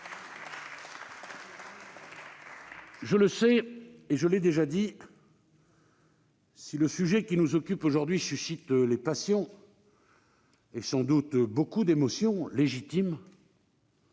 Je le sais et je l'ai déjà dit, si le sujet qui nous occupe aujourd'hui suscite les passions et sans doute beaucoup d'émotions légitimes,